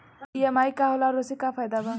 EMI का होला और ओसे का फायदा बा?